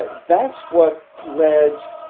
ah that's what led